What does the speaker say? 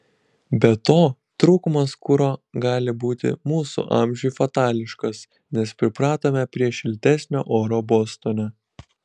be to trūkumas kuro gali būti mūsų amžiui fatališkas nes pripratome prie šiltesnio oro bostone